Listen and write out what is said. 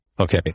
Okay